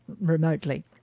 remotely